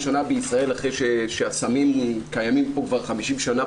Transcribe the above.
אחרי שהסמים קיימים פה כבר 50 שנה,